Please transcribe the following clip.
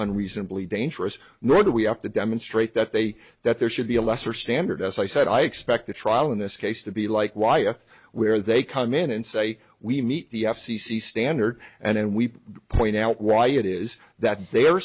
unreasonably dangerous nor do we have to demonstrate that they that there should be a lesser standard as i said i expect the trial in this case to be like wyeth where they come in and say we meet the f c c standard and we point out why it is that the